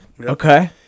Okay